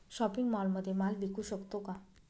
Shopping मॉलमध्ये माल विकू शकतो का?